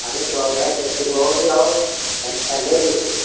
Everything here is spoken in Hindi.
अरे तो अभी दस किलो और दे दो तनिक पाहिले देईक परि